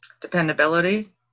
dependability